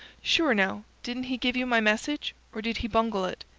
sure, now, didn't he give you my message, or did he bungle it?